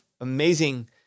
amazing